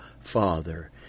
Father